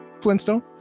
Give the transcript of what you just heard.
Flintstone